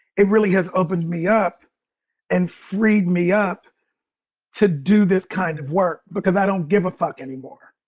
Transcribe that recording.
it really has opened me up and freed me up to do this kind of work because i don't give a fuck anymore.